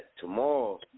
tomorrow